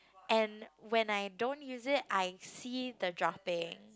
and when I don't use it I see the dropping